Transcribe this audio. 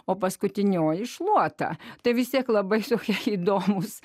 o paskutinioji šluota tai visi labai stichijai įdomūs